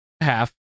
half